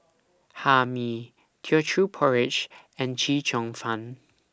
Hae Mee Teochew Porridge and Chee Cheong Fun